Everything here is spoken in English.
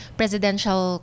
presidential